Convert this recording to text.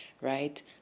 right